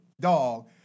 dog